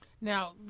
Now